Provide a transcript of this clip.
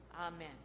Amen